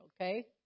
okay